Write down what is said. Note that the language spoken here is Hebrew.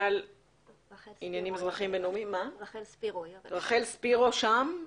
רחל ספירו שם?